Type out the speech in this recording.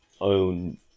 own